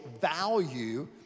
value